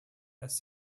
dass